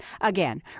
Again